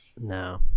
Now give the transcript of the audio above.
No